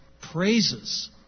praises